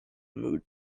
mood